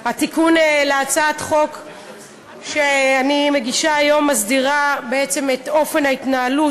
התיקון לחוק שאני מגישה היום מסדיר את אופן ההתנהלות